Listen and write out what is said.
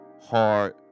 hard